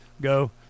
Go